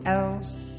else